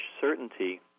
certainty